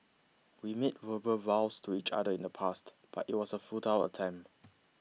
we made verbal vows to each other in the past but it was a futile attempt